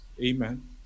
amen